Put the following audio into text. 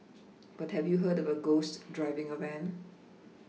but have you heard of a ghost driving a van